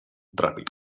ràpid